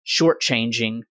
shortchanging